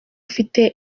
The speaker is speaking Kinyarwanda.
ufite